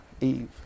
Eve